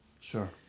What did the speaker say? Sure